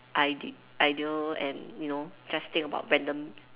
id~ idle and you know just think about random